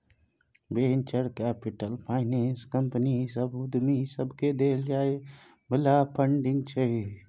venture capital financing company सभ आ उद्यमी सबकेँ देल जाइ बला फंडिंग छै